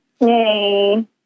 Yay